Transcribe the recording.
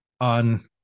on